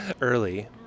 early